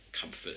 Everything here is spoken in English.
comfort